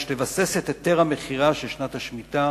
יש לבסס את היתר המכירה של שנת השמיטה